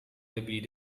lebih